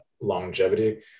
longevity